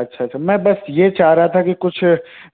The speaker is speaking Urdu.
اچھا اچھا میں بس یہ چاہ رہا تھا کہ کچھ